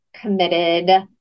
committed